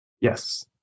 Yes